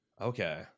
Okay